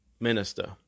minister